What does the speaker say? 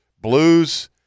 blues